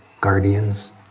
guardians